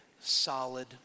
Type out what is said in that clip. solid